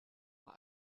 bei